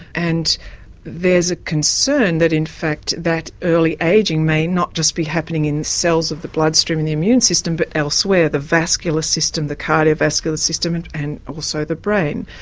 and there's a concern that in fact that early ageing may not just be happening in cells of the bloodstream and the immune system but elsewhere, the vascular system, the cardiovascular system and and also the brain.